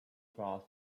fast